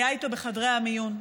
היה איתו בחדרי המיון,